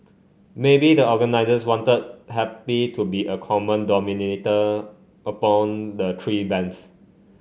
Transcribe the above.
maybe the organisers wanted happy to be a common denominator the three bands